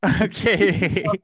Okay